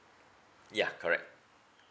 ya correct